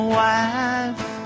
wife